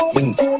Wings